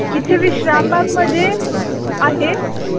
इथे विश्रामबागमध्ये आहे